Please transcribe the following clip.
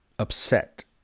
upset